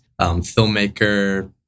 filmmaker